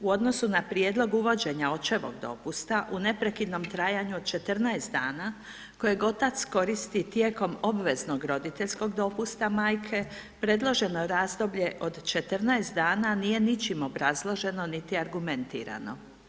U odnosu na prijedlog uvođenja očevog dopusta u neprekidnom trajanju od 14 dana kojeg otac koristi tijekom obveznog roditeljskog dopusta majke predloženo razdoblje od 14 dana nije ničim obrazloženo niti argumentirano.